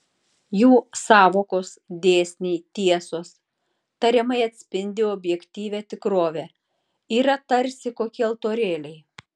jų sąvokos dėsniai tiesos tariamai atspindį objektyvią tikrovę yra tarsi kokie altorėliai